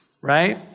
right